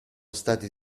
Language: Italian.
stati